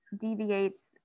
deviates